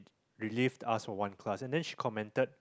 relief us for one class and then she commented